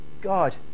God